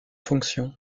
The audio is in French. fonction